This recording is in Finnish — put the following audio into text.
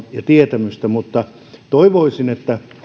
tietämystä arvioimaan mutta toivoisin että